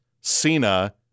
Cena